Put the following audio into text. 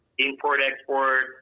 import-export